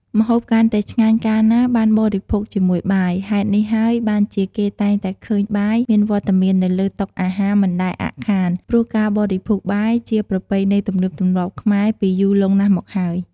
ម្ហូបកាន់តែឆ្ងាញ់ កាលណាបានបរិភោគជាមួយបាយ ហេតុនេះហើយបានជា គេតែងតែឃើញបាយមានវត្តមាននៅលើតុអាហារមិនដែលអាក់ខាន ព្រោះការបរិភោគបាយជាប្រពៃណីទំនៀមទម្លាប់ខ្មែរពីយូរលង់ណាស់មកហើយ។